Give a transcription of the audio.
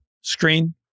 screen